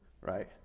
right